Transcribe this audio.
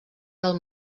del